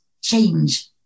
change